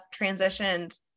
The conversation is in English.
transitioned